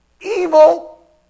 evil